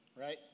Right